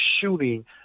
shooting